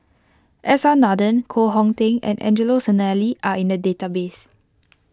S R Nathan Koh Hong Teng and Angelo Sanelli are in the database